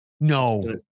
no